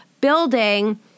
building